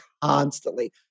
constantly